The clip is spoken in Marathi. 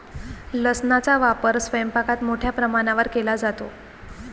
लसणाचा वापर स्वयंपाकात मोठ्या प्रमाणावर केला जातो